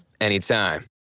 anytime